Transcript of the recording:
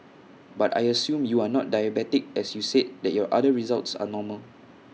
but I assume you are not diabetic as you said that your other results are normal